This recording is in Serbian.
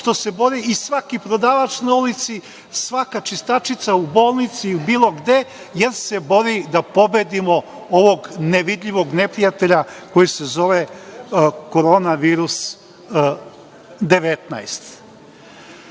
šta se bori i svaki prodavac na ulici, svaka čistačica u bolnici ili bilo gde, jer se bori da pobedimo ovog nevidljivog neprijatelja, koji se zove Koronavirus-19.Neko